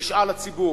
נשאל הציבור.